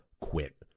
quit